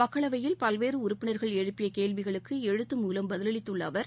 மக்களவையில் பல்வேறு உறுப்பினர்கள் எழுப்பிய கேள்விகளுக்கு எழுத்து மூலம் பதிலளித்துள்ள அவர்